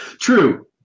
True